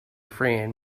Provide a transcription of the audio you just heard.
friend